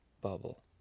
bubble